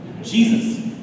Jesus